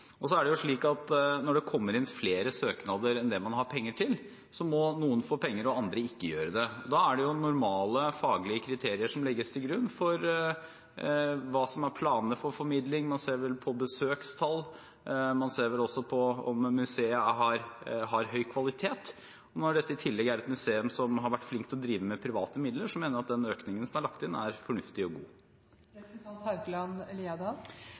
Når det kommer inn flere søknader enn det man har penger til, må noen få penger og andre ikke. Da er det normale faglige kriterier som legges til grunn for hva som er planene for formidling. Man ser vel på besøkstall, man ser vel også på om museet har høy kvalitet. Når dette i tillegg er et museum som har vært flink til å drive med private midler, mener jeg at den økningen som er lagt inn, er fornuftig og god.